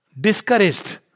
discouraged